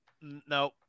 No